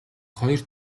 хоёр